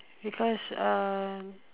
because um